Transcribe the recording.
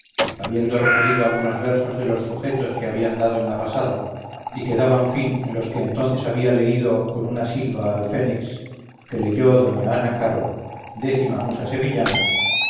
habiendo referido algunos versos de los sujetos que habían dado en la pasada y que daban fin en los que entonces había leído con una silva al fénix que leyó doña ana caro décima musa sevillana